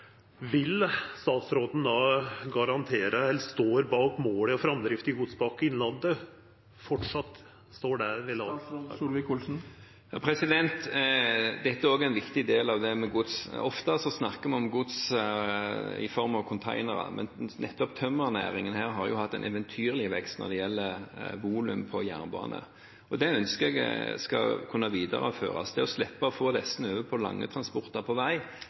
Står målet og framdrifta i Godspakke Innlandet framleis ved lag? Dette er også en viktig del av det med gods. Ofte snakker vi om gods i form av konteinere, men nettopp tømmernæringen har hatt en eventyrlig vekst når det gjelder volum på jernbane. Det ønsker jeg skal kunne videreføres. Det å slippe å få dette over på lange transporter på vei